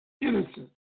innocent